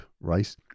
right